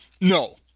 No